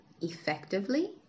effectively